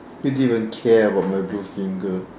you didn't even care about my blue finger